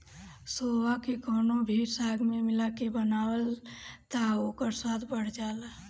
सोआ के कवनो भी साग में मिला के बनाव तअ ओकर स्वाद बढ़ जाला